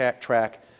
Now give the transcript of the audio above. track